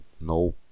No